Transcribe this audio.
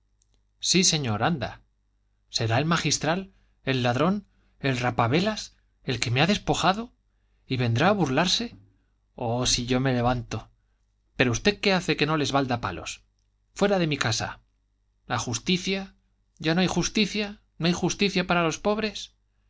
sí señor anda será el magistral el ladrón el rapavelas el que me ha despojado y vendrá a burlarse oh si yo me levanto pero usted qué hace que no les balda a palos fuera de mi casa la justicia ya no hay justicia no hay justicia para los pobres